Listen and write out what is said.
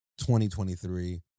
2023